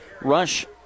rush